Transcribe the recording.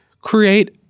create